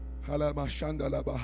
Hallelujah